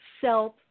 self